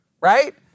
right